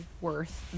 worth